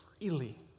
freely